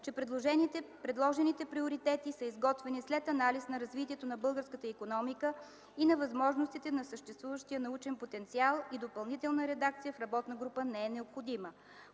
че предложените приоритети са изготвени след анализ на развитието на българската икономика и на възможностите на съществуващия научен потенциал и допълнителна редакция в работна група не е необходима.